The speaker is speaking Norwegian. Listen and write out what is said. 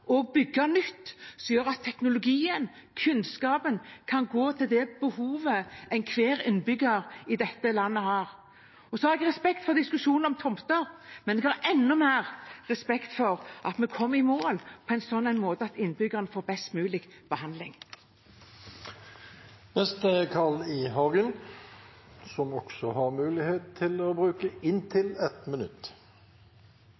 bygge nytt, som gjør at teknologien og kunnskapen kan gå til det behovet enhver innbygger i dette landet har. Jeg har respekt for diskusjonen om tomter, men jeg har enda mer respekt for at vi kommer i mål på en slik måte at innbyggerne får best mulig behandling. Representanten Carl I. Hagen har hatt ordet to ganger tidligere og får ordet til